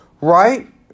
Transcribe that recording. right